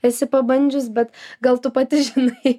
esi pabandžius bet gal tu pati žinai